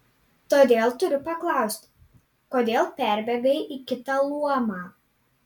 todėl turiu paklausti kodėl perbėgai į kitą luomą